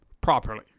Properly